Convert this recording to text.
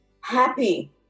happy